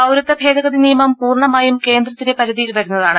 പൌരത്വ ഭേദഗതി നിയമം പൂർണ്ണമായും കേന്ദ്രത്തിന്റെ പരി ധിയിൽ വരുന്നതാണ്